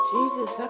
Jesus